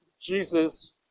Jesus